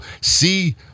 see